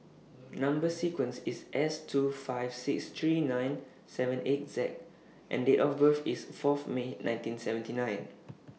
Number sequence IS S two five six three nine seven eight Z and Date of birth IS Fourth May nineteen seventy nine